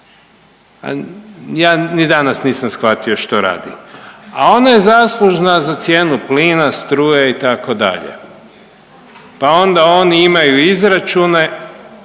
ja ni danas nisam shvatio što radi, a ona je zaslužna za cijenu plina, struje itd., pa onda oni imaju izračune